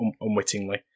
unwittingly